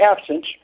absence